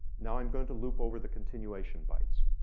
now i'm going to loop over the continuation bytes.